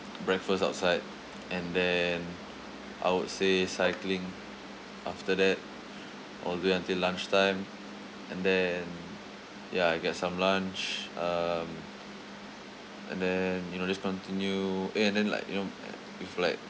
breakfast outside and then I would say cycling after that all the way until lunchtime and then ya I get some lunch um and then you know just continue eh and then like you know with like